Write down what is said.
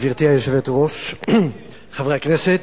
גברתי היושבת-ראש, חברי הכנסת,